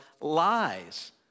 lies